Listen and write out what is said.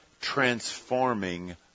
transforming